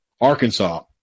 Arkansas